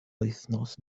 wythnos